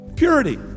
purity